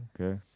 okay